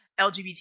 LGBT